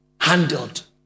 handled